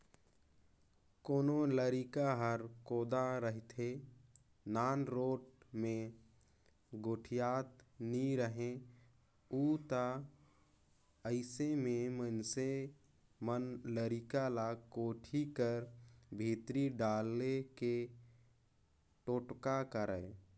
कोनो लरिका हर कोदा रहथे, नानरोट मे गोठियात नी रहें उ ता अइसे मे मइनसे मन लरिका ल कोठी कर भीतरी डाले के टोटका करय